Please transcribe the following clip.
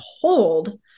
told